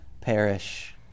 perish